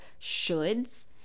shoulds